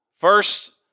First